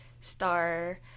star